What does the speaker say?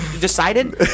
decided